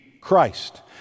Christ